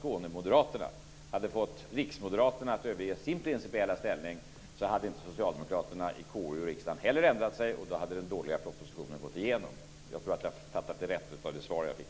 Skånemoderaterna hade fått riksmoderaterna att överge sin principiella inställning, hade inte heller socialdemokraterna i riksdagens konstitutionsutskott ändrat sig, och då hade den dåliga propositionen gått igenom. Jag tror att jag därmed rätt har uppfattat det svar som jag fick.